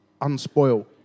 unspoiled